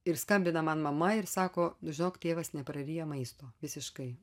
ir skambina man mama ir sako nu žinok tėvas nepraryja maisto visiškai